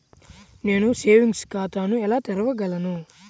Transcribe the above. నేను సేవింగ్స్ ఖాతాను ఎలా తెరవగలను?